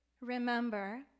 remember